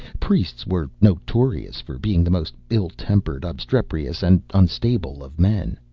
priests were notorious for being the most ill-tempered, obstreperous, and unstable of men.